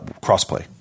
crossplay